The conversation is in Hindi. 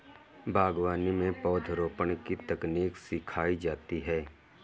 बागवानी में पौधरोपण की तकनीक सिखाई जाती है